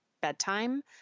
bedtime